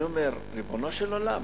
אני אומר: ריבונו של עולם,